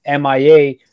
MIA